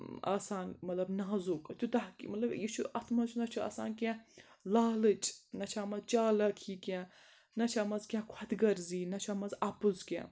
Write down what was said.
آسان مطلب نازُک تیوٗتاہ مطلب یہِ چھُ اَتھ منٛز چھُ نَہ چھُ آسان کیٚنٛہہ لالٕچ نہ چھِ اَما چالکھی کیٚنٛہہ نَہ چھِ اَمژ کیٚنٛہہ خۄد غرضی نَہ چھِ اَمژ اَپُز کیٚنٛہہ